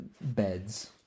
beds